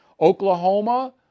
Oklahoma